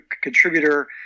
contributor